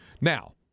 Now